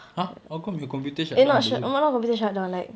!huh! how come your computer shut down in the room